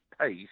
pace